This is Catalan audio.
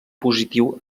positiu